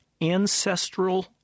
ancestral